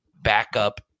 backup